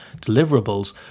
deliverables